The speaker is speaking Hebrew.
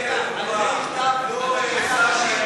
מתרוצצת בין ארבע מדינות יחד עם ראש הממשלה,